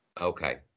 Okay